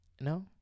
No